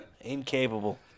Incapable